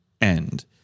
end